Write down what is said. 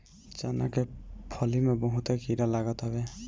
चना के फली में बहुते कीड़ा लागत हवे